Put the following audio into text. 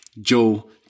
Joe